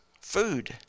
food